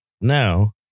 now